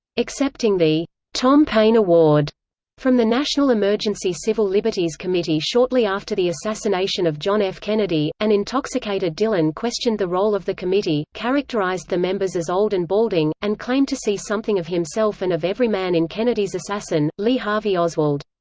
accepting the tom paine award from the national emergency civil liberties committee shortly after the assassination of john f. kennedy, an intoxicated dylan questioned the role of the committee, characterized the members as old and balding, and claimed to see something of himself and of every man in kennedy's assassin, lee harvey oswald.